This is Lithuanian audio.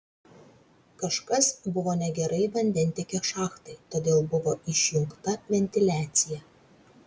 kažkas buvo negerai vandentiekio šachtai todėl buvo išjungta ventiliacija